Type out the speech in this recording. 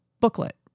booklet